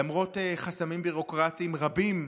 למרות חסמים ביורוקרטיים רבים,